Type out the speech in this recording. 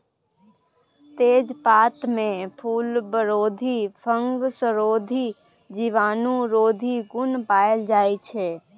तेजपत्तामे फुलबरोधी, फंगसरोधी, जीवाणुरोधी गुण पाएल जाइ छै